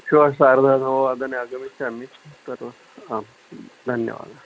श्वः सार्धनववादने आगमिष्यामि सर्वम् आं धन्यवादः